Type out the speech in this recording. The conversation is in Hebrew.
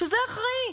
שזה אחראי,